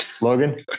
Logan